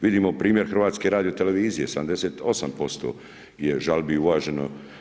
Vidimo primjer HRT-a, 78% je žalbi uvaženo.